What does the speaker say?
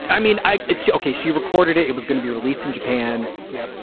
i mean, i. it's okay. she recorded it. it was gonna be released in japan. yeah.